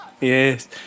Yes